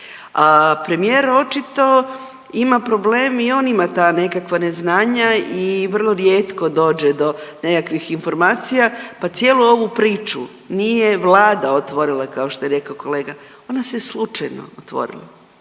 A premijer očito ima problem i on ima ta nekakva neznanja i vrlo rijetko dođe do nekakvih informacija. Pa cijelu ovu priču nije vlada otvorila kao što je rekao kolega, ona se slučajno otvorila.